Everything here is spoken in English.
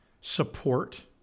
support